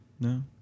no